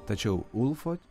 tačiau ulfo